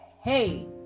hey